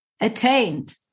attained